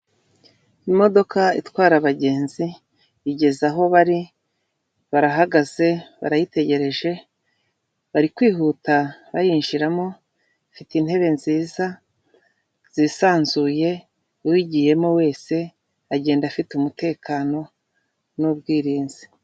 Imodoka itwara abagenzi igeze aho bari, barahagaze, barayitegereje, bari kwihuta bayinjiramo, ifite intebe nziza zisanzuye, uyigiyemo wese agenda afite umutekano n'ubwirinzi.